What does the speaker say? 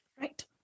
right